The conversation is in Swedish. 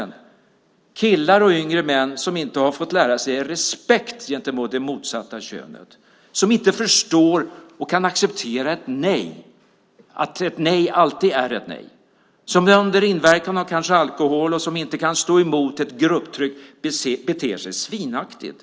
Den första är killar och yngre män som inte ha fått lära sig respekt gentemot det motsatta könet och som inte förstår och kan acceptera att ett nej alltid är ett nej. De är kanske under inverkan av alkohol, kan inte stå emot ett grupptryck och beter sig svinaktigt.